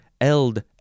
eld